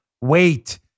Wait